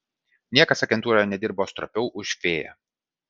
niekas agentūroje nedirbo stropiau už fėją